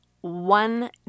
One